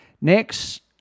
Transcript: Next